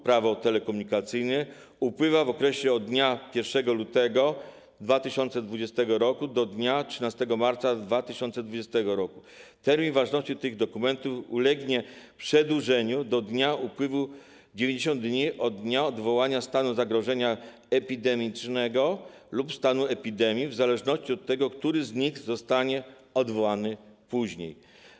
Prawo telekomunikacyjne, upływa w okresie od dnia 1 lutego 2020 r. do dnia 13 marca 2020 r., termin ważności tych dokumentów ulegnie przedłużeniu do dnia upływu 90 dni od dnia odwołania stanu zagrożenia epidemicznego lub stanu epidemii, w zależności od tego, który z nich zostanie odwołany później.